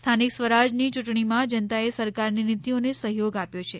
સ્થાનિક સ્વરાજની ચૂંટણીમાં જનતાએ સરકારની નીતિઓને સહયોગ આપ્યો છે